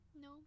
no